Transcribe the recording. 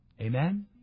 Amen